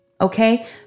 Okay